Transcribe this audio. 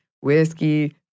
whiskey